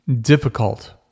difficult